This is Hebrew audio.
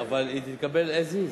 אבל היא תתקבל as is.